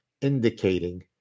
indicating